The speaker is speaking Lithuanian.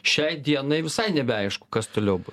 šiai dienai visai nebeaišku kas toliau